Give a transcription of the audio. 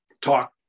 talk